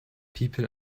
people